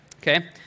Okay